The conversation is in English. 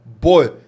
boy